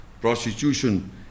prostitution